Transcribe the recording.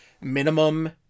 minimum